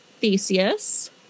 Theseus